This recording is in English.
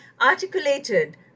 articulated